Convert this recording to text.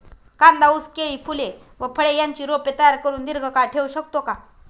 कांदा, ऊस, केळी, फूले व फळे यांची रोपे तयार करुन दिर्घकाळ ठेवू शकतो का?